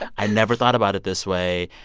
i never thought about it this way.